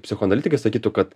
psichoanalitikai sakytų kad